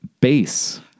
bass